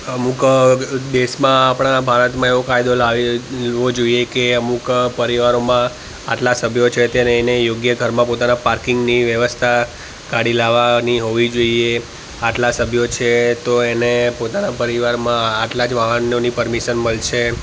અમુક દેશમાં આપણાં ભારતમાં એવો કાયદો લાવી દેવો જોઈએ કે એ અમુક પરિવારોમાં આટલા સભ્યો છે ત્યારે એને યોગ્ય ઘરમાં પાર્કિંગની વ્યવસ્થા કાઢી લાવવાની હોવી જોઈએ આટલા સભ્યો છે તો એને પોતાના પરિવારમાં આટલા જ વાહનોની પરમિશન મળશે